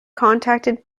contacted